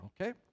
okay